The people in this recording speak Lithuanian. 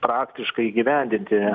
praktiškai įgyvendinti